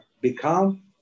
become